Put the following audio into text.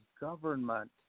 government